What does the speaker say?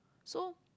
so